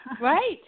right